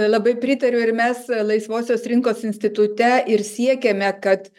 labai pritariu ir mes laisvosios rinkos institute ir siekiame kad